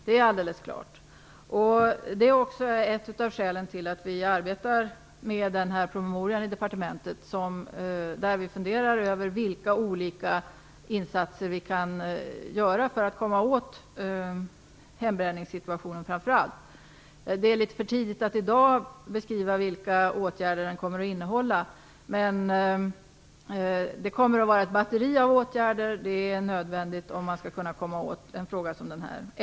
Det är också ett av skälen till att vi arbetar med denna promemoria i departementet, där vi funderar över vilka olika insatser vi kan göra för att komma åt framför allt hembränningssituationen. Det är litet för tidigt att i dag beskriva vilka åtgärder den kommer att innehålla. Det kommer att vara ett batteri av åtgärder. Det är nödvändigt om man skall kunna komma åt en fråga som den här.